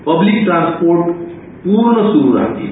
public transport हे पूर्ण सुरू राहतील